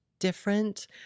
different